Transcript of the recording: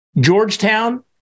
Georgetown